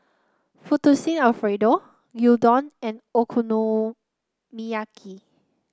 Fettuccine Alfredo Gyudon and Okonomiyaki